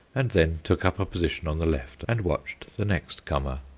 and then took up a position on the left and watched the next comer.